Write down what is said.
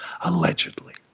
allegedly